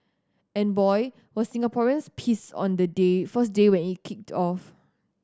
and boy were Singaporeans pissed on the day first day when it kicked off